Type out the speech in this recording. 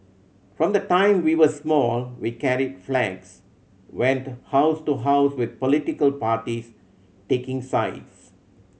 from the time we were small we carried flags went house to house with political parties taking sides